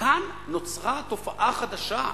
כאן נוצרה תופעה חדשה.